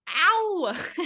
Ow